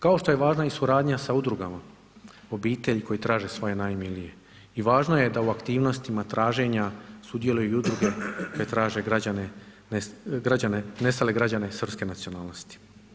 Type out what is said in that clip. Kao što je važna i suradnja sa udrugama, obitelji koje traže svoje najmilije i važno je da u aktivnostima traženja sudjeluju i udruge koje građane, nestale građane srpske nacionalnosti.